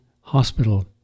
Hospital